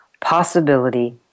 possibility